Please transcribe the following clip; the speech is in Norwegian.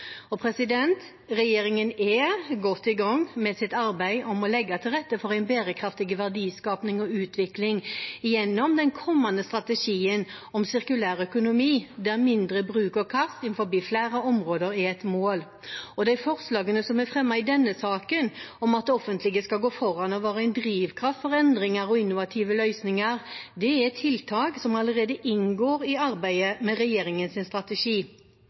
Regjeringen er godt i gang med sitt arbeid med å legge til rette for bærekraftig verdiskaping og utvikling gjennom den kommende strategien om sirkulær økonomi, der mindre bruk og kast innen flere områder er et mål. Forslagene som er fremmet i denne saken, om at det offentlige skal gå foran og være en drivkraft for endringer og innovative løsninger, er tiltak som allerede inngår i arbeidet med regjeringens strategi.